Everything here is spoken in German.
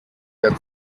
der